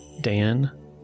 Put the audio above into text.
Dan